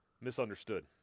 misunderstood